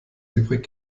übrig